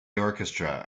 orchestra